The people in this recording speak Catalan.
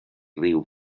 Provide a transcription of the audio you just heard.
riu